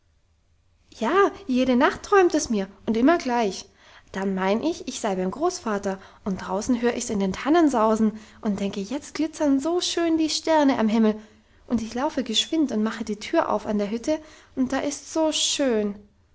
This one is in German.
ja jede nacht träumt es mir und immer gleich dann mein ich ich sei beim großvater und draußen hör ich's in den tannen sausen und denke jetzt glitzern so schön die sterne am himmel und ich laufe geschwind und mache die tür auf an der hütte und da ist's so schön